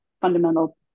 fundamental